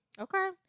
Okay